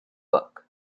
book